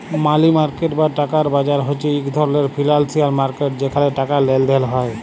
মালি market বা টাকার বাজার হছে ইক ধরলের ফিল্যালসিয়াল মার্কেট যেখালে টাকার লেলদেল হ্যয়